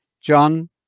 john